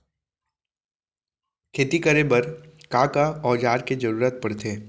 खेती करे बर का का औज़ार के जरूरत पढ़थे?